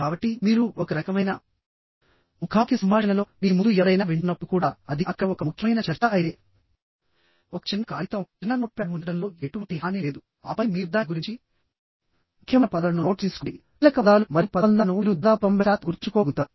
కాబట్టి మీరు ఒక రకమైన ముఖాముఖి సంభాషణలో మీ ముందు ఎవరైనా వింటున్నప్పుడు కూడా అది అక్కడ ఒక ముఖ్యమైన చర్చ అయితే ఒక చిన్న కాగితం చిన్న నోట్ ప్యాడ్ ఉంచడంలో ఎటువంటి హాని లేదు ఆపై మీరు దాని గురించి ముఖ్యమైన పదాలను నోట్స్ తీసుకోండి కీలక పదాలు మరియు పదబంధాలను మీరు దాదాపు 90 శాతం గుర్తుంచుకోగలుగుతారు